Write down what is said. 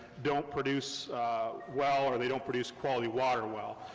don't produce well, or they don't produce quality water well.